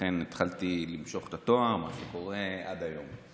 ולכן התחלתי למשוך את התואר, מה שקורה עד היום.